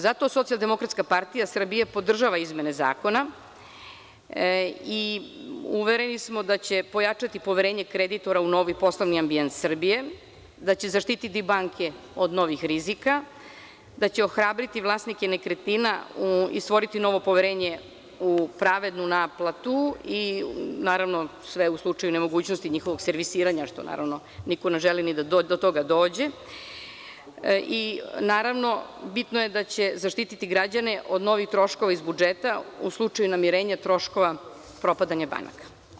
Zato Socijaldemokratska partija Srbije podržava izmene zakona i uvereni smo da će pojačati poverenje kreditora u novi poslovni ambijent Srbije, da će zaštititi banke od novih rizika, da će ohrabriti vlasnike nekretnina i stvoriti novo poverenje u pravednu naplatu i naravno sve u slučaju nemogućnosti njihovog servisiranja, što niko ne želi ni da do toga dođe i bitno je da će zaštititi građane od novih troškova iz budžeta u slučaju namirenja troškova propadanje banaka.